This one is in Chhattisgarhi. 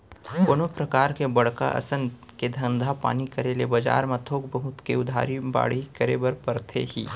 कोनो परकार के बड़का असन के धंधा पानी करे ले बजार म थोक बहुत के उधारी बाड़ही करे बर परथे ही